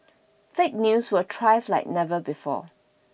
fake news will thrive like never before